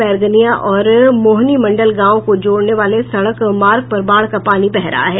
बैरगनिया और मोहिनीमंडल गांव को जोड़ने वाले सड़क मार्ग पर बाढ़ का पानी बह रहा है